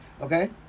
Okay